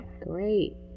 great